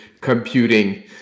computing